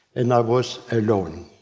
and i was alone.